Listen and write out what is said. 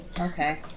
Okay